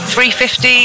350